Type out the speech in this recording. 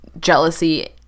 jealousy